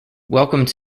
welcomed